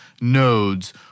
nodes